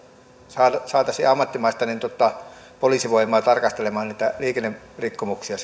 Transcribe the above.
saataisiin saataisiin ammattimaista poliisivoimaa tarkastelemaan niitä liikennerikkomuksia